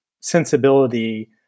sensibility